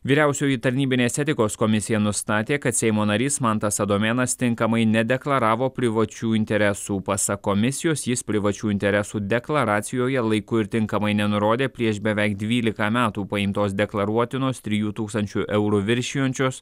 vyriausioji tarnybinės etikos komisija nustatė kad seimo narys mantas adomėnas tinkamai nedeklaravo privačių interesų pasak komisijos jis privačių interesų deklaracijoje laiku ir tinkamai nenurodė prieš beveik dvylika metų paimtos deklaruotinos trijų tūkstančių eurų viršijančios